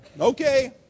Okay